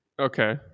okay